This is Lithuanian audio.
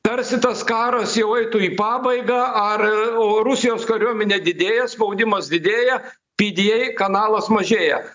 tarsi tas karas jau eitų į pabaigą ar o rusijos kariuomenė didėja spaudimas didėja pda kanalas mažėja